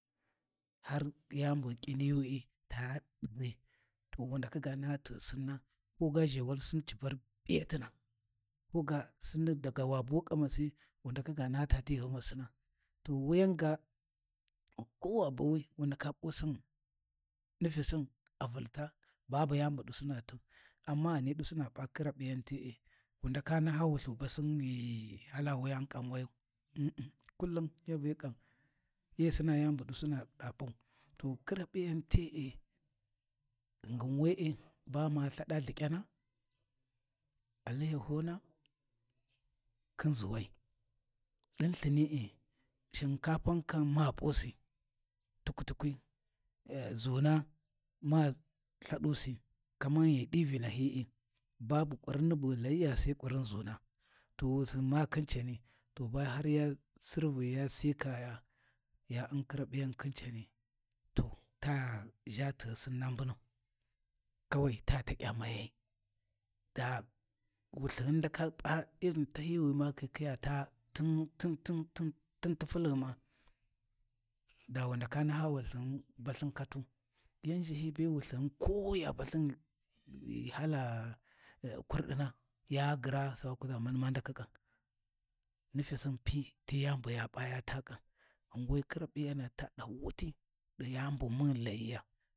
Har yani bu ghi ƙiniwi'i ta ɗahyi, to wu ndaka ga naha tighi Sinna ko ga zhewal Sinni ci Var P’iyatina, ko ga Sinni daga wa bu kamasi wu ndaka ga naha tati ghymsina. To wuyan ga ko wa bawi wu ndak P’usin nifisin a vulta babu yani bu ɗusina tau, amma ghani ɗusina p’a khirap’iyan te’e mu ndaka naha wulthu balthin ghi hala wuyani kan wayu umm-umm kullum yabe ƙam, hi Sina yani bu ɗusina P’au, to khirapi’yan te’e ghingin we’e bama lthada lhikyana, allaiyahana khin ʒuwai, din lthini’i, shinkapan kam ma P’usi tuk-tukwi, ʒuna ma lthadus kaman ghi ghu di Vinahi’u, babu ƙurinni bu ghi layiya sai ƙurin ʒuna. To wusin ma khin cani to har ba ya Sirvi Ya sikaya ya un khirap’iyan khin cani to ta ʒha tighi Sinna mbunau, kawai ta takya mayai, da Wulthighun ndaka p’a irin tahyi wi makhikhiya taa tintin, tintin tin tifulghuma, da wun ndaka naa wulthighum balthin katu, yan ʒhahiyi be ko wulthighum ya balthin ghi hala kurdina, ya gyiraa sai wa kuʒa mani ma ndaki kam, nifisin Pi ti yanu bu ya p’a ya taa kam, ghan we, khirap’iyan taɗahyi wuti ɗi yani bumun ghi layiya.